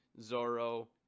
Zoro